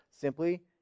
simply